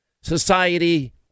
society